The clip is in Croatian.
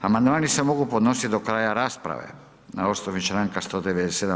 Amandmani se mogu podnositi do kraja rasprave na osnovi članka 197.